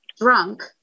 drunk